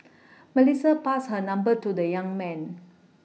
Melissa passed her number to the young man